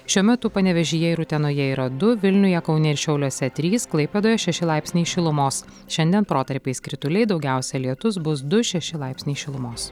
šiuo metu panevėžyje ir utenoje yra du vilniuje kaune ir šiauliuose trys klaipėdoje šeši laipsniai šilumos šiandien protarpiais krituliai daugiausia lietus bus du šeši laipsniai šilumos